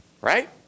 right